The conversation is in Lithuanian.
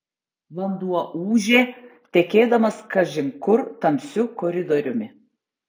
vanduo ūžė tekėdamas kažin kur tamsiu koridoriumi